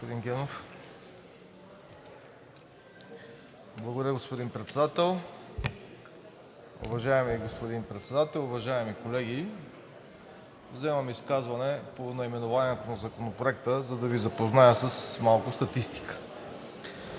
Уважаеми господин Председател, уважаеми колеги! Вземам изказване по наименованието на Законопроекта, за да Ви запозная с малко статистика.